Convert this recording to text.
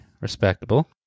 Respectable